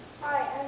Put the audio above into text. Hi